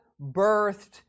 birthed